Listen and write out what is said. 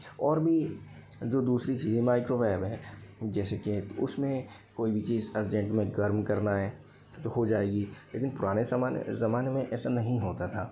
और भी जो दूसरी चीज़ें माइक्रोवेव है जैसे के उसमे कोई भी चीज़ अर्जेंट में गर्म करना है तो हो जाएगी लेकिन पुराने ज़माने में ऐसा नहीं होता था